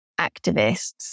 activists